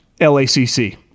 LACC